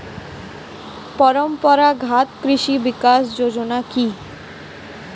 পরম্পরা ঘাত কৃষি বিকাশ যোজনা কি?